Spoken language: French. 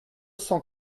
cent